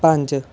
पंज